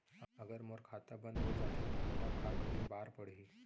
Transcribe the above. अगर मोर खाता बन्द हो जाथे त मोला का करे बार पड़हि?